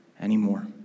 anymore